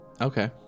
Okay